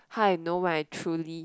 how I know my truly